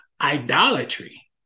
idolatry